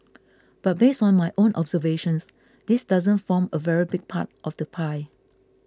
but based on my own observations this doesn't form a very big part of the pie